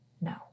No